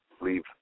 leave